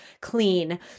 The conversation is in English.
clean